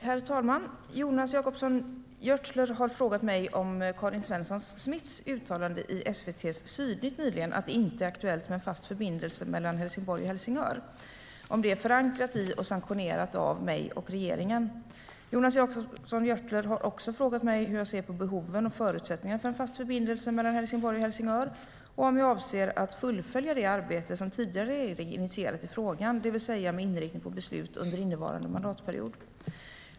Herr talman! Jonas Jacobsson Gjörtler har frågat mig om Karin Svensson Smiths uttalande i SVT:s Sydnytt nyligen, att det inte är aktuellt med en fast förbindelse mellan Helsingborg och Helsingör, är förankrat hos och sanktionerat av mig och regeringen. Jonas Jacobsson Gjörtler har också frågat mig hur jag ser på behoven av och förutsättningarna för en fast förbindelse mellan Helsingborg och Helsingör och om jag avser att fullfölja det arbete som tidigare regering initierat i frågan, det vill säga med inriktning på beslut under innevarande mandatperiod.